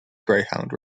greyhound